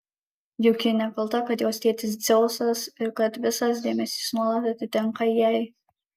juk ji nekalta kad jos tėtis dzeusas ir kad visas dėmesys nuolat atitenka jai